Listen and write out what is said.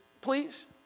Please